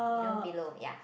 you know below ya